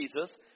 Jesus